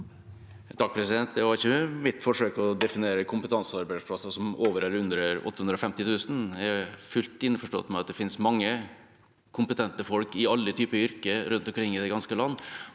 var ikke et forsøk på å definere kompetansearbeidsplasser som over eller under 850 000 kr. Jeg er fullt innforstått med at det finnes mange kompetente folk i alle typer yrker rundt omkring i det ganske land,